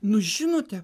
nu žinote